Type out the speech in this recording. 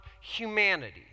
humanity